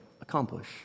accomplish